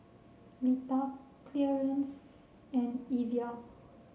Lita Clearence and Evia